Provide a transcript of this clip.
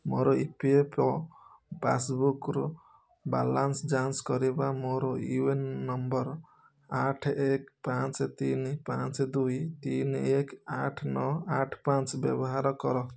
ମୋର E P F O ପାସ୍ବୁକ୍ରୁ balance ଯାଞ୍ଚ କରିବା ମୋର ୟୁ ଏନ୍ ନମ୍ବର୍ ଆଠ ଏକ ପାଞ୍ଚ ତିନ ପାଞ୍ଚ ଦୁଇ ତିନ ଏକ ଆଠ ନଅ ଆଠ ପାଞ୍ଚ ବ୍ୟବହାର କର